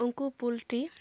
ᱩᱱᱠᱩ ᱯᱳᱞᱴᱨᱤ